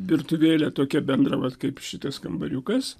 virtuvėlė tokia bendra vat kaip šitas kambariukas